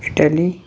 Italy